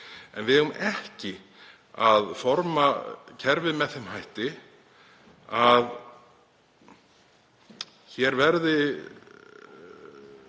En við eigum ekki að forma kerfið með þeim hætti að hingað